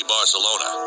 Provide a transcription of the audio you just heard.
Barcelona